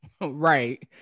Right